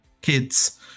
kids